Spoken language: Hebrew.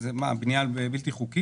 בנייה בלתי חוקית?